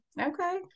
Okay